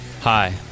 Hi